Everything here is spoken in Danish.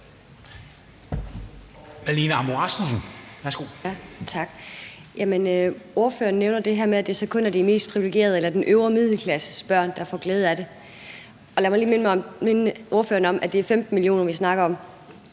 Ordføreren nævner det her med, at det så kun er de mest privilegeredes eller den øvre middelklasses børn, der får glæde af det. Lad mig lige minde ordføreren om, at det er 15 mio. kr., vi snakker om,